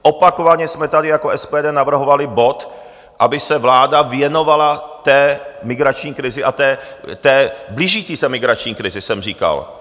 Opakovaně jsme tady jako SPD navrhovali bod, aby se vláda věnovala migrační krizi a blížící se migrační krizi, jsem říkal.